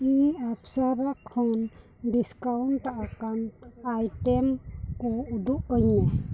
ᱤᱧ ᱚᱯᱥᱚᱨᱟ ᱠᱷᱚᱱ ᱰᱤᱥᱠᱟᱣᱩᱱᱴ ᱟᱠᱟᱱ ᱟᱭᱴᱮᱢ ᱠᱚ ᱩᱫᱩᱜ ᱟᱹᱧᱢᱮ